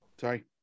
sorry